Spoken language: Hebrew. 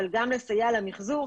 אבל גם לסייע למחזור.